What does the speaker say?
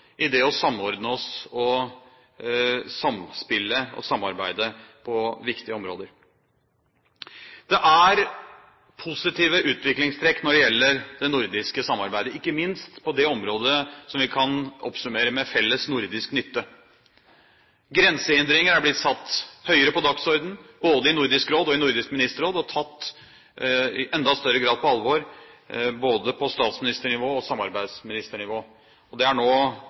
det å samordne oss, samspille og samarbeide på viktige områder. Det er positive utviklingstrekk når det gjelder det nordiske samarbeidet, ikke minst på det området som vi kan oppsummere med felles nordisk nytte. Grensehindringer er blitt satt høyere på dagsordenen både i Nordisk Råd og i Nordisk Ministerråd og i enda større grad tatt på alvor både på statsministernivå og samarbeidsministernivå. Det er nå